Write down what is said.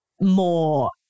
more